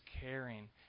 caring